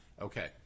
Okay